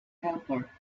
helper